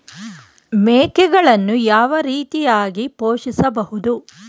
ಮೇಕೆಗಳನ್ನು ಯಾವ ರೀತಿಯಾಗಿ ಪೋಷಿಸಬಹುದು?